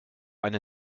eine